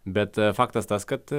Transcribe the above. bet faktas tas kad